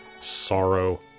sorrow